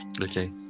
Okay